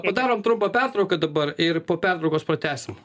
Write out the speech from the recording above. padarom trumpą pertrauką dabar ir po pertraukos pratęsim